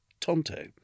tonto